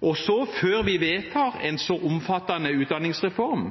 Og så: Før vi vedtar en så omfattende utdanningsreform,